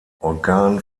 organ